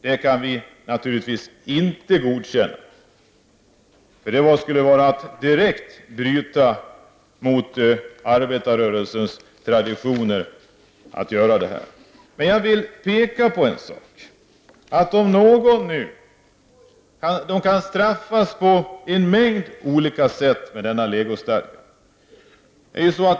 Det kan vi naturligtvis inte godkänna, för det skulle vara att direkt bryta mot arbetarrörelsens traditioner. Men jag vill peka på en sak. Man kan straffas på en mängd olika sätt med denna legostadga.